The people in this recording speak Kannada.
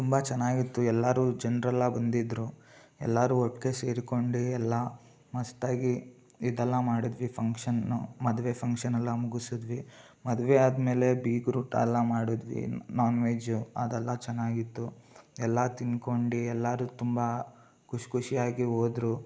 ತುಂಬ ಚೆನ್ನಾಗಿತ್ತು ಎಲ್ಲರೂ ಜನರೆಲ್ಲ ಬಂದಿದ್ದರು ಎಲ್ಲರೂ ಒಟ್ಟಿಗೆ ಸೇರಿಕೊಂಡು ಎಲ್ಲ ಮಸ್ತಾಗಿ ಇದೆಲ್ಲ ಮಾಡಿದ್ವಿ ಫಂಕ್ಷನ್ನು ಮದುವೆ ಫಂಕ್ಷನ್ನೆಲ್ಲ ಮುಗಿಸಿದ್ವಿ ಮದುವೆ ಆದ ಮೇಲೆ ಬೀಗರೂಟ ಎಲ್ಲ ಮಾಡಿದ್ವಿ ನಾನ್ವೆಜ್ಜು ಅದೆಲ್ಲ ಚೆನ್ನಾಗಿತ್ತು ಎಲ್ಲ ತಿಂದ್ಕೊಂಡು ಎಲ್ಲರೂ ತುಂಬ ಖುಷಿ ಖುಷಿಯಾಗಿ ಹೋದ್ರು